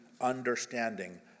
understanding